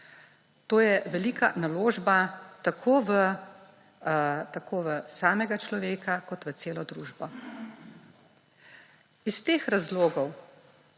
To je velika naložba tako v samega človeka kot v celo družbo. Iz teh razlogov